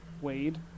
Wade